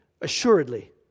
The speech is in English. Assuredly